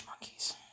monkeys